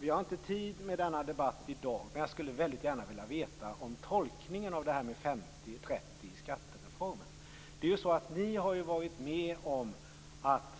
Vi har inte tid med denna debatt i dag, men jag skulle väldigt gärna vilja få en tolkning av förhållandet 50/30 i skattereformen. Ni har ju varit med om att